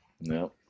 No